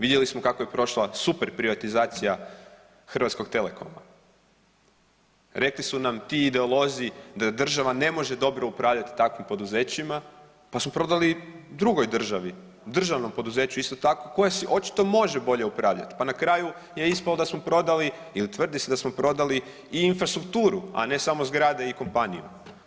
Vidjeli smo kako je prošla super privatizacija HT-a, rekli su nam ti ideolozi da država ne može dobro upravljati takvim poduzećima pa su prodali drugoj državi, državnom poduzeću isto tako koje očito može bolje upravljati, pa na kraju je ispalo da smo prodali ili tvrdi se da smo prodali i infrastrukturu, a ne samo zgrade i kompaniju.